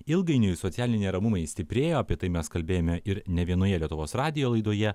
ilgainiui socialiniai neramumai stiprėjo apie tai mes kalbėjome ir nė vienoje lietuvos radijo laidoje